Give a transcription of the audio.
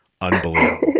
Unbelievable